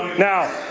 now,